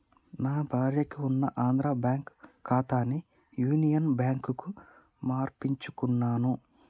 నా భార్యకి ఉన్న ఆంధ్రా బ్యేంకు ఖాతాని యునియన్ బ్యాంకుకు మార్పించుకున్నాను